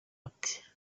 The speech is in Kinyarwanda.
ati